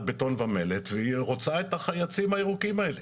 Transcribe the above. בטון ומלט והיא רוצה את החייצים הירוקים האלה,